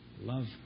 love